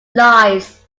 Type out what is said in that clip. lives